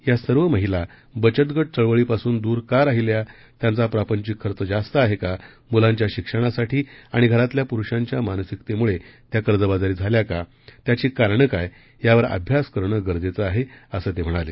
या सर्व महिला बचत गट चळवळीपासून दूर का राहिल्या त्यांचा प्रापंचिक खर्च जास्त आहे का मुलांच्या शिक्षणासाठी आणि घरातल्या पुरुषांच्या मानसिकतेमुळे त्या कर्जबाजारी झाल्या का त्याची कारणं काय यावर अभ्यास करणं गरजेचं आहे असं ते म्हणाले